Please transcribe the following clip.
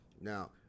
Now